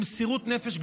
במסירות נפש גדולה,